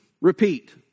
repeat